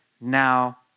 now